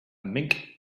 mink